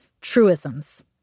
truisms